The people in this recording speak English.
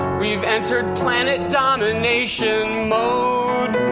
we've entered planet domination mode.